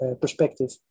perspective